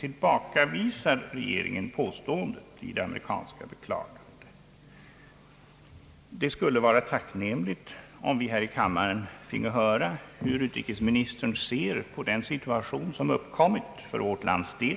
Tillbakavisar regeringen påståendet i det amerikanska beklagandet? Det skulle vara tacknämligt om vi här i kammaren finge höra hur utrikesministern ser på den situation som uppkommit för vårt lands del